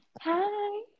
hi